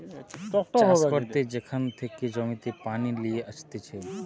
চাষ করতে যেখান থেকে জমিতে পানি লিয়ে আসতিছে